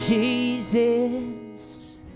Jesus